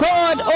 God